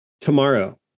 Tomorrow